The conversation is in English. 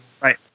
Right